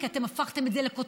כי אתם הפכתם את זה לכותרות,